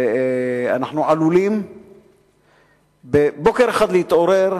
שאנחנו עלולים בוקר אחד להתעורר